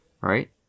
right